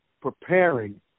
preparing